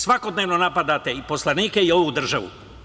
Svakodnevno napadate i poslanike i ovu državu.